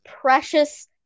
precious